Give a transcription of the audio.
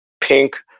pink